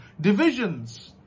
divisions